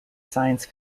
science